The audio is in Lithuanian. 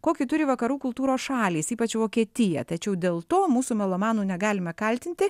kokį turi vakarų kultūros šalys ypač vokietija tačiau dėl to mūsų melomanų negalime kaltinti